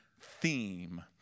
theme